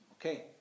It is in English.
Okay